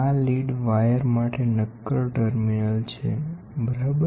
આ lead wire માટે નક્કર ટર્મિનલ છે બરાબર